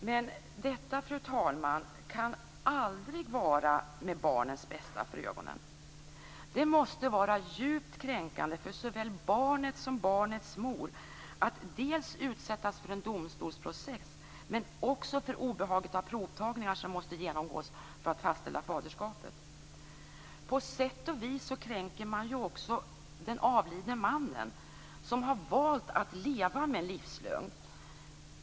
Men denna situation, fru talman, kan aldrig vara med barnets bästa för ögonen. Det måste vara djupt kränkande för såväl barnet som barnets mor att utsättas för en domstolsprocess, men också för obehagliga provtagningar som måste genomgås för att fastställa faderskapet. På sätt och viss kränker man den avlidne mannen, som har valt att leva med en livslögn.